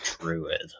druid